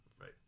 Right